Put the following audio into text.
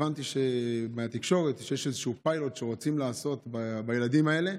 הבנתי מהתקשורת שיש איזשהו פיילוט שרוצים לעשות בילדים האלה.